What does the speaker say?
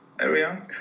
area